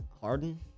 Harden